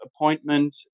appointment